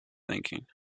thinking